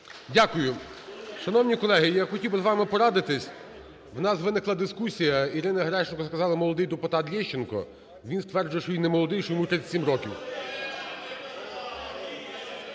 Дякую. Шановні колеги, я хотів би з вами порадитися. У нас виникла дискусія. Ірина Геращенко сказала: "Молодий депутат Лещенко". Він стверджує, що він не молодий, що йому 37 років.